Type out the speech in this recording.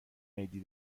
عیدی